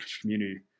community